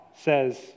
says